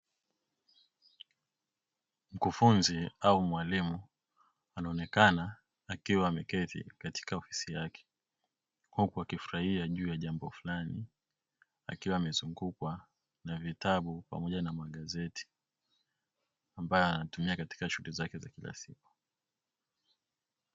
Mkufunzi au mwalimu anaonekana akiwa ameketi katika ofisi yake huku akifurahia juu ya jambo fulani, akiwa amezungukwa na vitabu pamoja na magazeti ambayo anayatumia katika shughuli zake za kila siku.